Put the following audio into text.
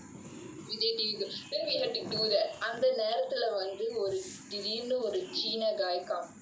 then vijay T_V then we had to do the அந்த நேரத்துல வந்து திடீர்னு ஒரு:antha nerathula vanthu thideernu oru china guy come